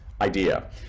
idea